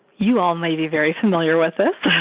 you ah may be very familiar with this.